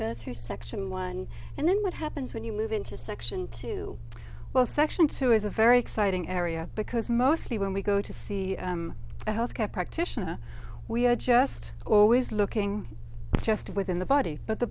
good three section one and then what happens when you move into section two well section two is a very exciting area because mostly when we go to see a health care practitioner we are just always looking just within the body but the